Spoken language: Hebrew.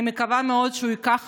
אני מקווה מאוד שהוא גם ייקח